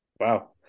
wow